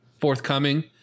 forthcoming